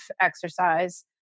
exercise